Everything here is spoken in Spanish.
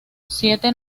siete